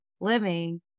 living